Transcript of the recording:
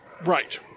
Right